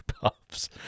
puffs